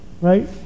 right